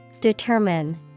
Determine